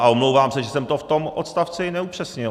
A omlouvám se, že jsem to v tom odstavci neupřesnil.